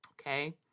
Okay